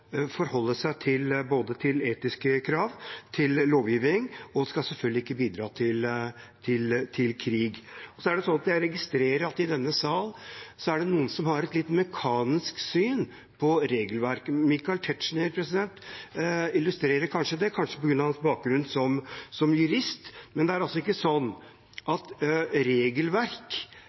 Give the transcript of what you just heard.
forholde seg til etiske krav og lovgivning og selvfølgelig ikke skal bidra til krig. Jeg registrerer at det i denne sal er noen som har et litt mekanisk syn på regelverket. Michael Tetzschner illustrerer kanskje det, kanskje på grunn av hans bakgrunn som jurist, men det er altså ikke sånn at regelverk